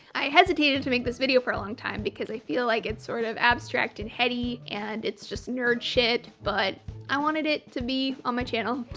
i hesitated to make this video for a long time because i feel like it's sort of abstract and heady and it's just nerd shit, but i wanted it to be on my channel!